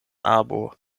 arbo